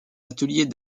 ateliers